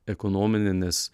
ekonominė nes